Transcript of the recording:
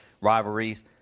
rivalries